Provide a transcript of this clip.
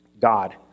God